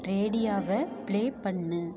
ரேடியோவ play பண்ணு